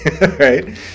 right